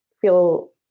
feel